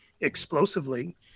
explosively